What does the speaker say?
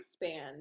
expand